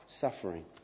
suffering